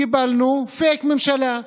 קיבלנו פייק ממשלה,